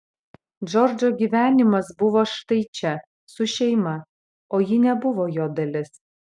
džordžo gyvenimas buvo štai čia su šeima o ji nebuvo jo dalis